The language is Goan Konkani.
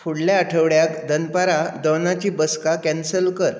फुडल्या आठवड्याक दनपारां दोनांची बसका कॅन्सल कर